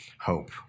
hope